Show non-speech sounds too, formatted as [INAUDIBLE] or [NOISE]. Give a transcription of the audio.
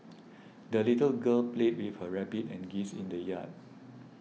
[NOISE] the little girl played with her rabbit and geese in the yard